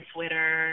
Twitter